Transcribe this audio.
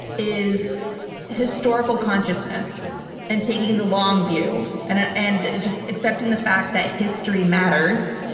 is historical consciousness and taking the long view, and ah and just accepting the fact that history matters.